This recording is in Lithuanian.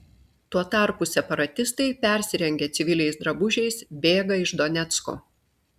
tuo tarpu separatistai persirengę civiliais drabužiais bėga iš donecko